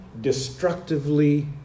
destructively